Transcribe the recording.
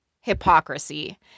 hypocrisy